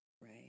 right